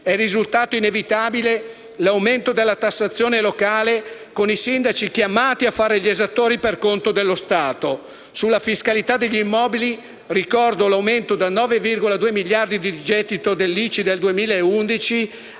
È risultato inevitabile l'aumento della tassazione locale, con i sindaci chiamati a fare gli esattori per conto dello Stato. Sulla fiscalità degli immobili ricordo l'aumento da 9,2 miliardi di euro di gettito ICI del 2011